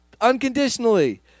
unconditionally